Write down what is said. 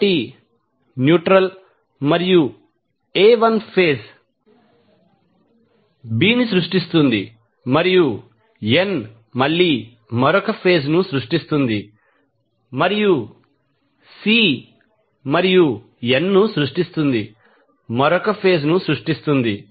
కాబట్టి న్యూట్రల్ మరియు A 1 phase B ని సృష్టిస్తుంది మరియు N మళ్ళీ మరొక ఫేజ్ ను సృష్టిస్తుంది మరియు C మరియు N ను సృష్టిస్తుంది మరొక ఫేజ్ ను సృష్టిస్తుంది